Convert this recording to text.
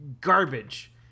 garbage